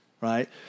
right